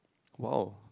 !wow!